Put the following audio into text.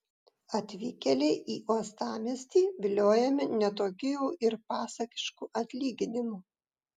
atvykėliai į uostamiestį viliojami ne tokiu jau ir pasakišku atlyginimu